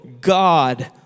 God